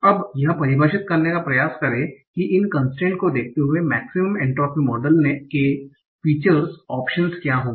अब यह परिभाषित करने का प्रयास करें कि इन कंसट्रेंस को देखते हुए मेक्सिमम एन्ट्रापी मॉडल के फीचर्स ऑप्शन क्या होंगे